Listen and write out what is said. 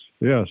Yes